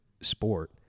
sport